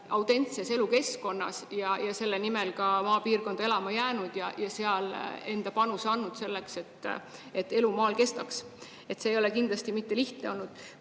autentses elukeskkonnas, selle nimel maapiirkonda elama jäänud ja seal enda panuse andnud, selleks et elu maal kestaks. See ei ole kindlasti mitte lihtne olnud.